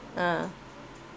ah